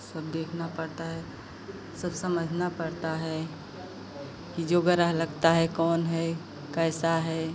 सब देखना पड़ता है सब समझना पड़ता है कि जो ग्रह लगता है कौन है कैसा है